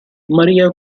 maria